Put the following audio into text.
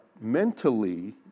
mentally